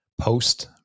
post